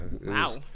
Wow